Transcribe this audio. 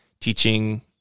teaching